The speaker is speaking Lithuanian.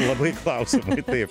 labai klausiamai taip